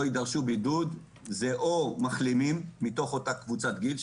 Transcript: יידרשו בידוד היא או מחלימים מתוך אותה קבוצת גיל.